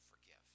forgive